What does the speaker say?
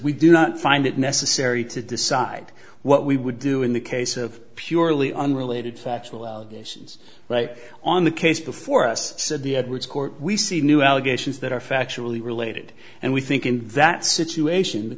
we do not find it necessary to decide what we would do in the case of purely unrelated factual allegations right on the case before us said the edwards court we see new allegations that are factually related and we think in that situation the